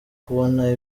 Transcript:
kubona